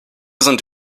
sind